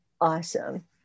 Awesome